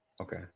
okay